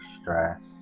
stress